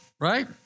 Right